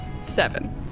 Seven